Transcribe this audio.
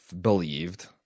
Believed